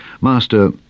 Master